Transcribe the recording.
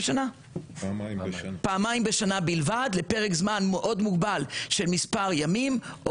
פעמיים בשנה בלבד לפרק זמן מאוד מוגבל של מספר ימים,